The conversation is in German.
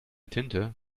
tinte